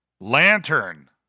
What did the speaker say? Lantern